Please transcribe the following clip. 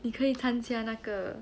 你可以看见那个